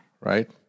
right